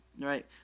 right